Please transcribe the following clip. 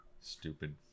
stupid